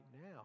now